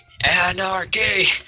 anarchy